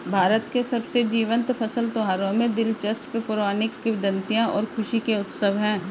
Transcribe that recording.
भारत के सबसे जीवंत फसल त्योहारों में दिलचस्प पौराणिक किंवदंतियां और खुशी के उत्सव है